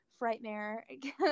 Frightmare